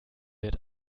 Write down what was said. wird